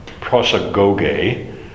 prosagoge